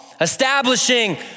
establishing